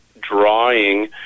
drawing